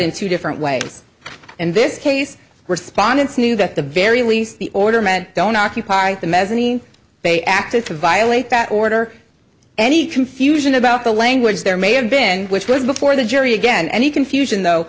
in two different ways in this case respondents knew that the very least the order meant don't occupy the mezzanine they acted to violate that order any confusion about the language there may have been which was before the jury again any confusion though